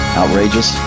outrageous